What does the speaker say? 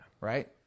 Right